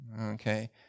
okay